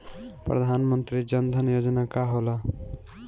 प्रधानमंत्री जन धन योजना का होला?